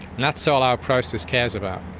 and that's so all our process cares about.